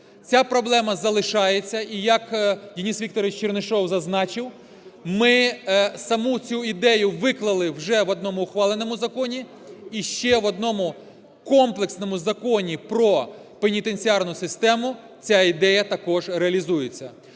Ця проблема залишається, і як Денис Вікторович Чернишов зазначив, ми саму цю ідею виклали вже в одному ухваленому законі. І ще в одному комплексному законі про пенітенціарну систему ця ідея також реалізується.